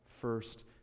first